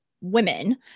women